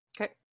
okay